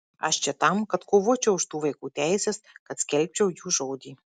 aš čia tam kad kovočiau už tų vaikų teises kad skelbčiau jų žodį